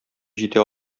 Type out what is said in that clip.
җитә